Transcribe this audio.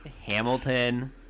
hamilton